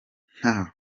nta